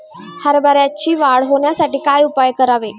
हरभऱ्याची वाढ होण्यासाठी काय उपाय करावे?